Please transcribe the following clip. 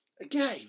again